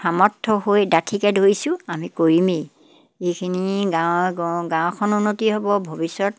সামৰ্থ হৈ ডাঠিকে ধৰিছোঁ আমি কৰিমেই যিখিনি গাঁৱৰ গাঁওখন উন্নতি হ'ব ভৱিষ্যত